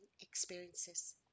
experiences